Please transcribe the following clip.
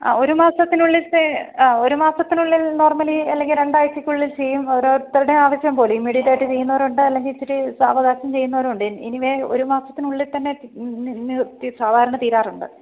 ആ ഒരു മാസത്തിനുള്ളിലത്തെ ഒരു മാസത്തിനുള്ളിൽ നോർമലി അല്ലെങ്കിൽ രണ്ടാഴ്ചക്കുള്ളിൽ ചെയ്യും ഓരോരുത്തരുടെ ആവശ്യം പോലെ ഇമ്മീഡിയേറ്റ് ആയിട്ട് ചെയ്യുന്നവർ ഉണ്ട് അല്ലെങ്കിൽ ഇച്ചിരി സാവകാശം ചെയ്യുന്നവരുണ്ട് എനിവേ ഒരുമാസത്തിനുള്ളിൽ തന്നെ സാധാരണ തീരാറുണ്ട്